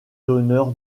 d’honneur